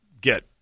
get